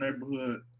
neighborhood